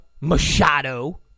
Machado